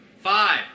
five